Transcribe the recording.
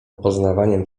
poznawaniem